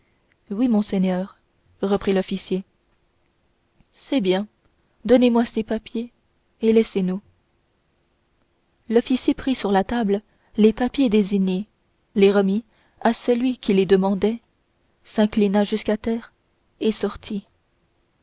oui monseigneur reprit l'officier c'est bien donnez-moi ces papiers et laissez-nous l'officier prit sur la table les papiers désignés les remit à celui qui les demandait s'inclina jusqu'à terre et sortit